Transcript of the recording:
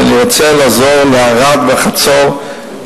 שאני רוצה לעזור לערד ולחצור,